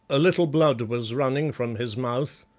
a little blood was running from his mouth,